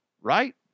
Right